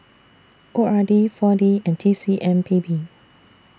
O R D four D and T C M P B